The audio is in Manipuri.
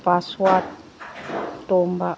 ꯄꯥꯁꯋꯥꯠ ꯇꯣꯝꯕ